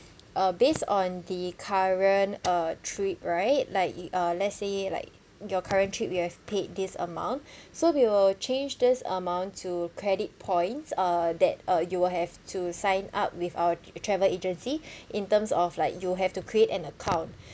uh based on the current uh trip right like let's say like your current trip you have paid this amount so we will change this amount to credit points uh that uh you will have to sign up with our travel agency in terms of like you have to create an account